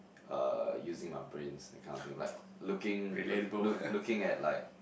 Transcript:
uh using my brains that kind of thing like looking look look looking at like